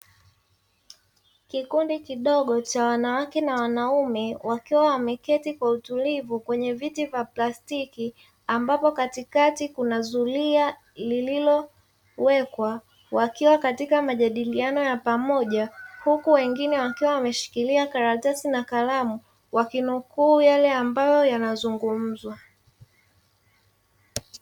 Kikundi kidogo cha wanawake na wanaume wakiwa wameketi kwa utulivu kwenye viti vya plastiki ambapo katikati kuna zulia lililowekwa wakiwa katika majadiliano ya pamoja, huku wengine wakiwa wameshikilia karatasi na kalamu wakinukuu yale ambayo yanazungumzwa.